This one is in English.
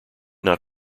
not